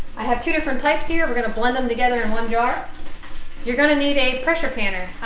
i have two different types here. we're going to blend them together in one jar you're going to need a pressure canner.